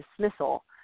dismissal